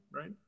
right